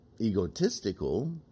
egotistical